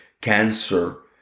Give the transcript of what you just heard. cancer